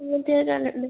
ഇങ്ങനത്തെ ഒക്കെ കണ്ടിടുണ്ട്